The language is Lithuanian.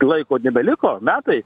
laiko nebeliko metai